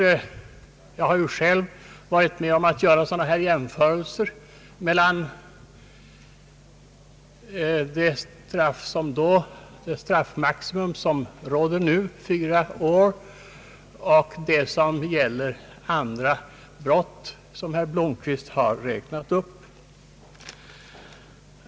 Jag har själv gjort jämförelser mellan det straffmaximum som råder nu — fyra år — och det som gäller andra brott som herr Blomquist har räknat upp.